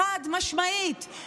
חד-משמעית: